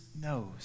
knows